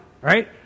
right